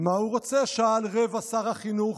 "מה הוא רוצה?" שאל רבע שר החינוך.